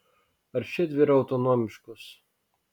ar šiedvi yra autonomiškos